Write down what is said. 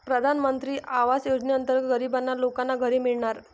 प्रधानमंत्री आवास योजनेअंतर्गत गरीब लोकांना घरे मिळणार